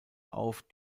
auf